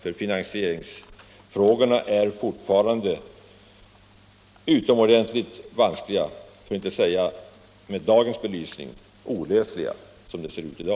Finansieringsfrågorna är fortfarande utomordentligt vanskliga, för att inte säga — med dagens belysning — olösliga.